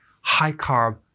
high-carb